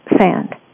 Sand